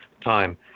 time